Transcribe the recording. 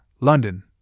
London